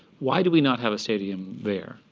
why do we not have a stadium there?